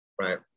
Right